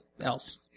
else